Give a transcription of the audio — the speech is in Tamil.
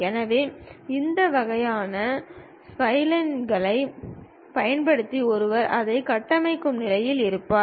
எனவே இந்த வகையான ஸ்ப்லைன்களைப் பயன்படுத்தி ஒருவர் அதைக் கட்டமைக்கும் நிலையில் இருப்பார்